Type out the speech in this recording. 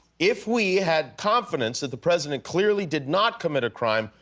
if we had confidence that the president clearly did not commit a crime,